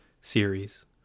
series